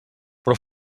però